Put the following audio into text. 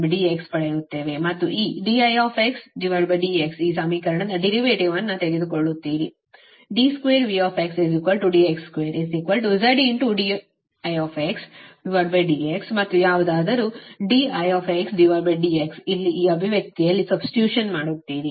ಮತ್ತು ಈ dIdx ಈ ಸಮೀಕರಣದ ಡೆರಿವೇಟಿವನ್ನು ತೆಗೆದುಕೊಳ್ಳುತ್ತೀರಿ d2Vdx2 z dIdx ಮತ್ತು ಯಾವುದಾದರೂ dIdx ಇಲ್ಲಿ ಈ ಅಭಿವ್ಯಕ್ತಿಯಲ್ಲಿ ಸಬ್ಸ್ಟಿಟ್ಯೂಟ್ ಮಾಡುತ್ತೀರಿ